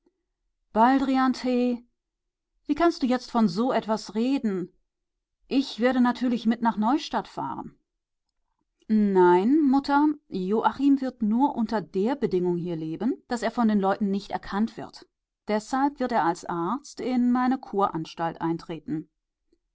baldriantee wie kannst du jetzt von so etwas reden ich werde natürlich mit nach neustadt fahren nein mutter joachim wird nur unter der bedingung hier leben daß er von den leuten nicht erkannt wird deshalb wird er als arzt in meine kuranstalt eintreten